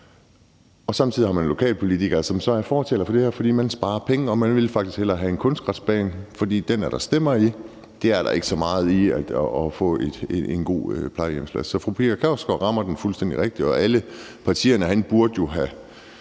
tider har man lokalpolitikere, som er fortalere for det her, fordi man sparer penge, og man ville faktisk hellere have en kunstgræsbane, for den er der stemmer i; det er der ikke så meget i at få et godt plejehjem. Så fru Pia Kjærsgaard rammer den fuldstændig rigtigt, og alle partierne herinde burde jo have